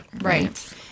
Right